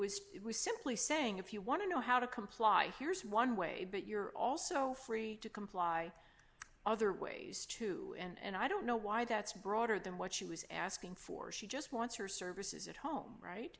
was simply saying if you want to know how to comply here's one way but you're also free to comply other ways to and i don't know why that's broader than what she was asking for she just wants her services at home